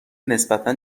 نسبتا